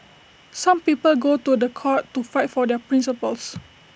some people go to The Court to fight for their principles